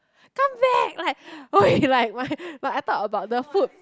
come back like !oi! like why but I talk about the food